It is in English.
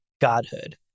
godhood